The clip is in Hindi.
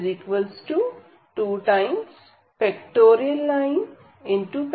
5